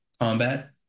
combat